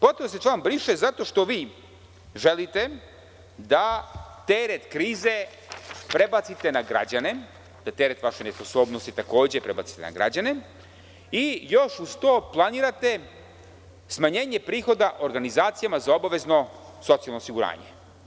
Potrebno je da se član briše zato što vi želite da teret krize prebacite na građane, da teret vaše nesposobnosti takođe prebacite na građane, i još uz to planirate smanjenje prihoda organizacijama za obavezno socijalno osiguranje.